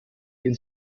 den